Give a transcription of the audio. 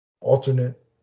alternate